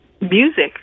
music